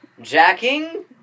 jacking